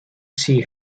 see